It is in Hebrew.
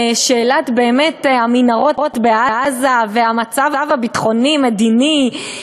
על שאלת המנהרות בעזה והמצב הביטחוני-מדיני,